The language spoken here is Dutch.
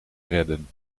redden